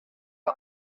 are